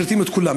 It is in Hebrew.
משרתים את כולם,